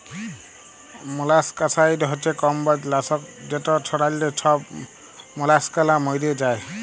molluscicide হছে কমবজ লাসক যেট ছড়াল্যে ছব মলাসকালা ম্যইরে যায়